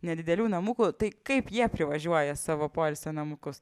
nedidelių namukų tai kaip jie privažiuoja savo poilsio namukus